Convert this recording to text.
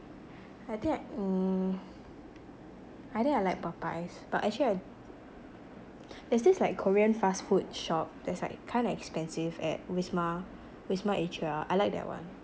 I think I mm I think I like Popeyes but actually I there's this like korean fast food shop that's like kind of like expensive at wisma wisma atria I like that [one]